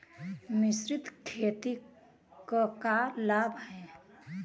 मिश्रित खेती क का लाभ ह?